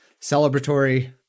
celebratory